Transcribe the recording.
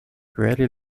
rarely